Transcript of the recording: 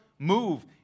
Move